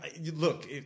Look